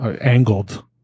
angled